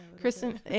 Kristen